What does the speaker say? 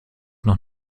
noch